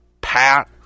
Pat